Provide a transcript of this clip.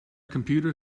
computer